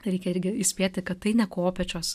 reikia irgi įspėti kad tai ne kopėčios